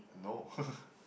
no